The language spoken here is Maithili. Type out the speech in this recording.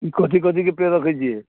ई कथी कथीके पेड़ रखैत छियै